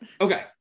Okay